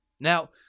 Now